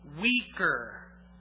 weaker